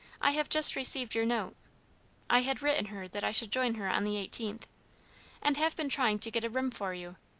i have just received your note i had written her that i should join her on the eighteenth and have been trying to get a room for you.